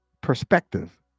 perspective